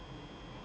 mm mm